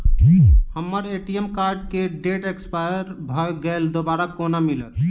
हम्मर ATM card केँ date expire भऽ गेल दोबारा कोना मिलत?